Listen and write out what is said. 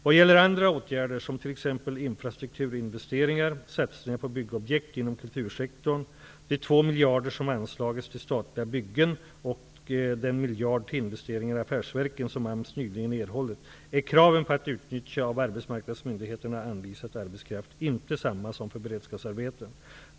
Vad gäller andra åtgärder som t.ex. infrastrukturinvesteringar, satsningar på byggprojekt inom kultursektorn, de två miljarder som anslagits till statliga byggen och den miljard till investeringar i affärsverken som AMS nyligen erhållit är kraven på att utnyttja av arbetsmarknadsmyndigheterna anvisad arbetskraft inte samma som för beredskapsarbeten.